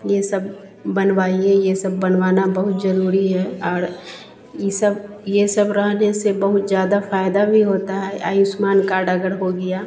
यह सब बनवाइए यह सब बनवाना बहुत ज़रूरी है और यह सब यह सब रहने से बहुत ज़्यादा फायदा नहीं होता है आयुष्मान कार्ड अगर हो गया